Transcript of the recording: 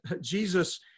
Jesus